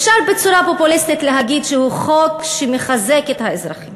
אפשר להגיד בצורה פופוליסטית שהוא חוק שמחזק את האזרחים,